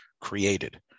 created